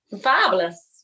fabulous